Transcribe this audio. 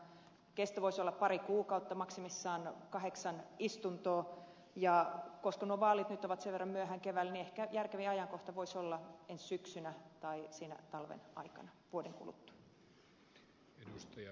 kesto voisi olla pari kuukautta maksimissaan kahdeksan istuntoa ja koska nuo vaalit nyt ovat sen verran myöhään keväällä niin ehkä järkevin ajankohta voisi olla ensi syksynä tai talven aikana vuoden kuluttua